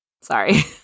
Sorry